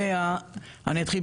אני אתחיל,